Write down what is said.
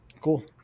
Cool